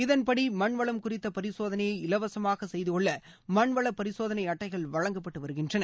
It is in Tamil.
இதன்படி மண்வளம் குறித்த பரிசோதனையை இலவசமாக செய்துக்கொள்ள மண்வல பரிசோதனை அட்டைகள் வழங்கப்பட்டு வருகின்றன